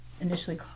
initially